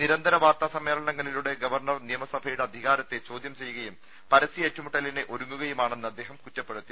നിരന്തര വാർത്താസമ്മേള നങ്ങളിലൂടെ ഗവർണർ നിയമസഭയുടെ അധികാരത്തെ ചോദ്യം ചെയ്യുകയും പരസ്യ ഏറ്റുമുട്ടലിന് ഒരുങ്ങുകയുമാണെന്ന് അദ്ദേഹം കുറ്റപ്പെടുത്തി